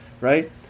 right